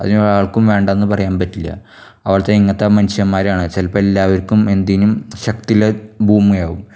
അതിനൊരാൾക്കും വേണ്ടാ എന്ന് പറയാൻ പറ്റില്ല അവിടുത്തെ ഇങ്ങനത്തെ മനുഷ്യന്മാരാണ് ചിലപ്പോൾ എല്ലാവർക്കും എന്തിനും ശക്തിയുള്ള ഭൂമിയാവും